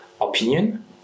opinion